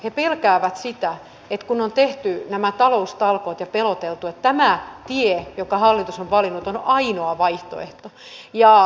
he pelkäävät sitä kun on tehty nämä taloustalkoot ja peloteltu että tämä tie jonka hallitus on valinnut on ainoa vaihtoehto